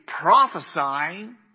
prophesying